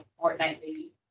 fortnightly